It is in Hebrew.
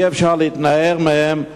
אי-אפשר להתנער מהם.